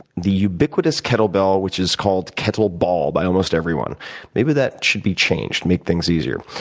the ubiquitous kettle bell, which is called kettle ball by almost everyone maybe that should be changed. make things easier.